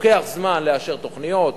לוקח זמן לאשר תוכניות,